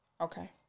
Okay